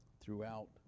throughout